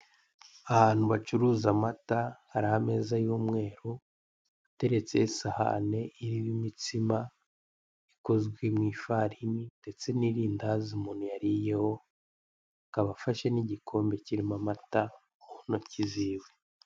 Ahantu bacuruza amata hari ameza y'umweru ateretseho isahane irimo imitsima ikozwe mu ifarini ndetse n'irindazi umuntu yariyeho akaba afashe n'igikombe kirimo amata mu ntoki ziwe.